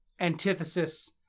antithesis